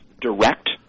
direct